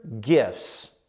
gifts